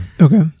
Okay